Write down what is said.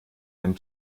einen